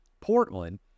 Portland